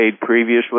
previously